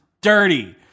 dirty